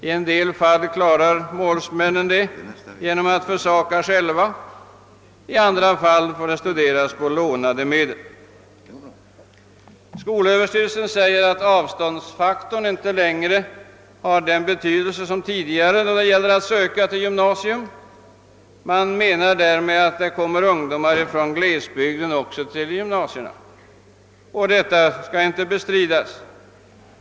I en del fall klarar målsmännen detta genom att själva försaka, i andra fall får studierna bekostas med lånade medel. SÖ säger att avståndsfaktorn inte längre har den betydelse den tidigare hade då det gäller att söka till gymnasium. Man menar därmed att det kommer ungdomar från glesbygden också till gymnasierna. Detta skall inte bestridas.